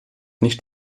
nicht